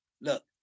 Look